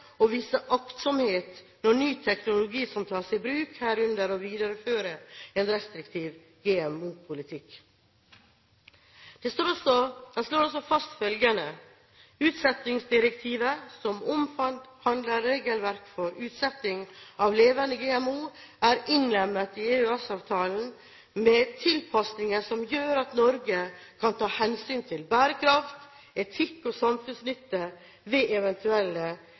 og vise aktsomhet når ny teknologi tas i bruk, herunder videreføre en restriktiv GMO-politikk.» Den slår også fast følgende: «Utsettingsdirektivet, som omhandler regelverk for utsetting av levende GMO, er innlemmet i EØS-avtalen med tilpasninger som gjør at Norge kan ta hensyn til bærekraft, etikk og samfunnsnytte ved